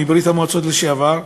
מברית-המועצות לשעבר,